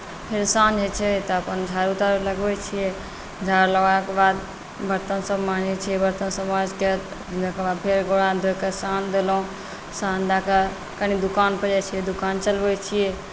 फेर साँझ होइत छै तऽअपन झाड़ू ताड़ू लगबैत छियै झाड़ू लगेलाके बाद बर्तनसभ माँजैत छियै बर्तनसभ माँजिके फेर गोड़ हाथ धोए कऽ साँझ देलहुँ साँझ दए कऽ कनि दोकानपर जाइत छियै दोकान चलबैत छियै